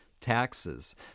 taxes